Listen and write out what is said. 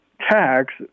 tax